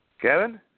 Kevin